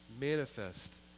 manifest